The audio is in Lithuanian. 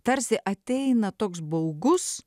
tarsi ateina toks baugus